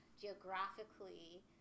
geographically